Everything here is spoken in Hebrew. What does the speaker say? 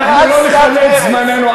אנחנו לא נכלה את זמננו,